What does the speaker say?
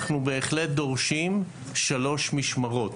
אנחנו בהחלט דורשים שלוש משמרות,